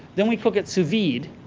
then we cook it sous vide.